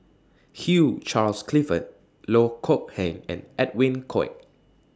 Hugh Charles Clifford Loh Kok Heng and Edwin Koek